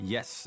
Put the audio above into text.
Yes